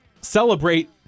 celebrate